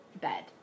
bed